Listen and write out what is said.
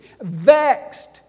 vexed